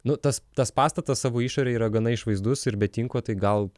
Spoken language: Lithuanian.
nu tas tas pastatas savo išore yra gana išvaizdus ir be tinko tai gal